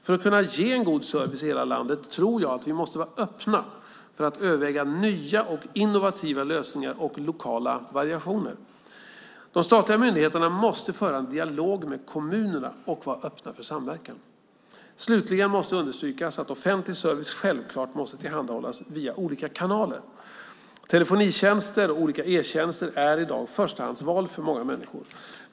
För att kunna ge en god service i hela landet tror jag att vi måste vara öppna för att överväga nya och innovativa lösningar och lokala variationer. De statliga myndigheterna måste föra en dialog med kommunerna och vara öppna för samverkan. Slutligen måste understrykas att offentlig service självklart måste tillhandahållas via olika kanaler. Telefonitjänster och olika e-tjänster är i dag förstahandsval för många människor.